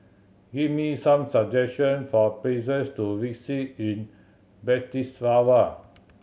give me some suggestion for places to visit in Bratislava